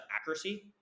accuracy